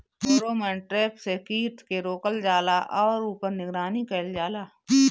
Pheromone trap से कीट के रोकल जाला और ऊपर निगरानी कइल जाला?